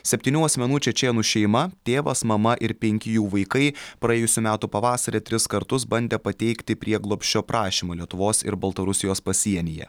septynių asmenų čečėnų šeima tėvas mama ir penki jų vaikai praėjusių metų pavasarį tris kartus bandė pateikti prieglobsčio prašymą lietuvos ir baltarusijos pasienyje